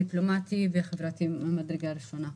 דיפלומטי וחברתי מן המדרגה הראשונה.